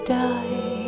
die